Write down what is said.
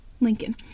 Lincoln